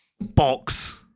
Box